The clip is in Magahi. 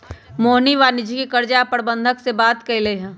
मोहिनी वाणिज्यिक कर्जा ला प्रबंधक से बात कलकई ह